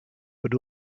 but